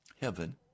heaven